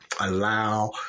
allow